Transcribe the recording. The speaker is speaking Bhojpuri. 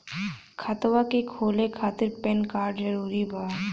खतवा के खोले खातिर पेन कार्ड जरूरी बा?